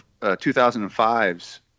2005's